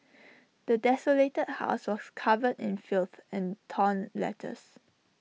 the desolated house was covered in filth and torn letters